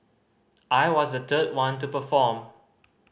I was the third one to perform